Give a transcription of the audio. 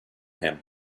him